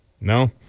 No